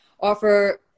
offer